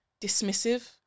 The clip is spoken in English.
dismissive